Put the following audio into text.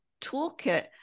toolkit